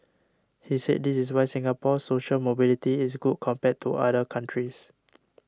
he said this is why Singapore's social mobility is good compared to other countries